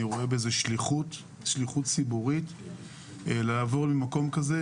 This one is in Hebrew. רואה שליחות ציבורית לעבור למקום כזה.